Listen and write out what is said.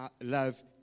love